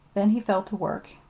then he fell to work,